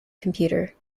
computer